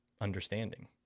understanding